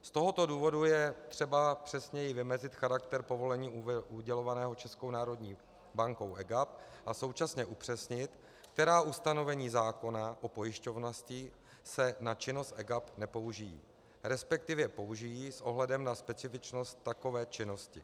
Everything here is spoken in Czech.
Z tohoto důvodu je třeba přesněji vymezit charakter povolení udělovaného Českou národní bankou EGAP a současně upřesnit, která ustanovení zákona o pojišťovnictví se na činnost EGAP nepoužijí, resp. použijí s ohledem na specifičnost takové činnosti.